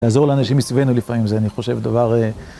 לעזור לאנשים מסביבנו לפעמים זה, אני חושב, דבר...